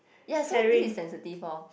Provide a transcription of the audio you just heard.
ya so this is sensitive lor